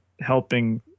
helping